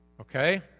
Okay